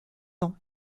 ans